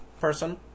person